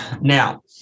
Now